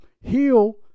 heal